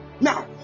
now